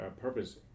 purpose